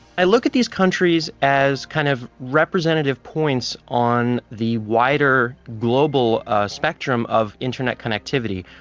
i look at these countries as kind of representative points on the wider global spectrum of internet connectivity,